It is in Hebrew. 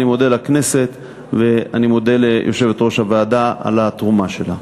אני מודה לכנסת ואני מודה ליושבת-ראש הוועדה על התרומה שלה.